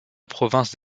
province